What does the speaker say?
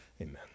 Amen